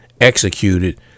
executed